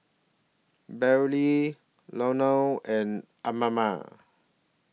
Bailee Loran and Amma